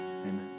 Amen